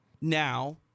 now